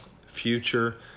Future